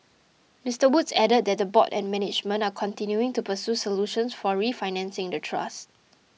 Mister Woods added that the board and management are continuing to pursue solutions for refinancing the trust